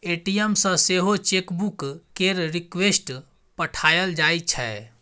ATM सँ सेहो chequebook केर रिक्वेस्ट पठाएल जाइ छै